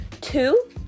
two